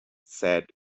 said